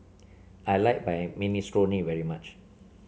I like Minestrone very much